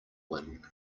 win